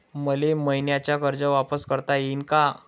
मले मईन्याचं कर्ज वापिस करता येईन का?